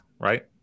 right